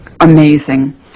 amazing